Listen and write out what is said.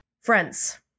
Friends